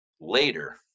later